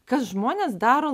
kas žmones daro